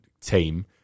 team